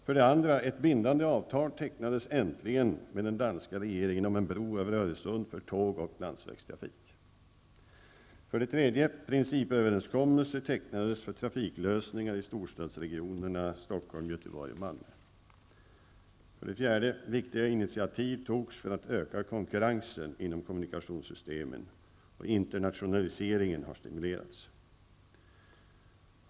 För det andra tecknades äntligen ett bindande avtal med den danska regeringen om en bro över För det tredje tecknades en principöverenskommelse för trafiklösningar i storstadsregionerna Stockholm, Göteborg och För det fjärde togs viktiga initiativ för att öka konkurrensen inom kommunikationssystemen. Internationaliseringen har stimulerats.